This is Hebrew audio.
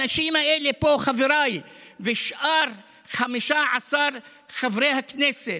האנשים האלה פה, חבריי ושאר 15 חברי הכנסת,